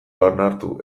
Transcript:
onartu